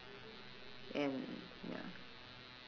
and ya